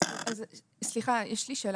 אז סליחה, יש לי שאלה.